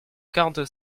quarante